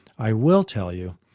i will tell you,